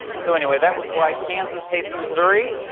so anyway that was why kansas hates missouri.